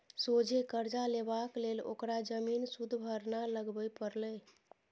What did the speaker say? सोझे करजा लेबाक लेल ओकरा जमीन सुदभरना लगबे परलै